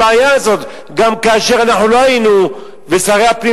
אחת הבעיות, אדוני היושב-ראש,